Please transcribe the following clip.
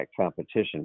competition